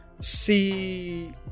see